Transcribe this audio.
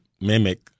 mimic